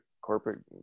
corporate